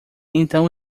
então